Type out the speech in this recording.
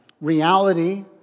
reality